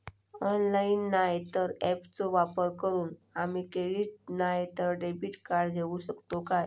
Online नाय तर ऍपचो वापर करून आम्ही क्रेडिट नाय तर डेबिट कार्ड घेऊ शकतो का?